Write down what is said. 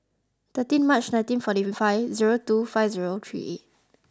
thirteen March nineteen forty five zero two five zero three